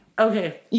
Okay